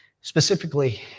Specifically